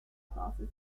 classes